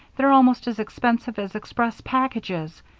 they're almost as expensive as express packages.